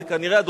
זה כנראה,